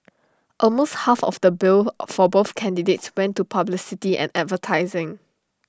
almost half of the bill for both candidates went to publicity and advertising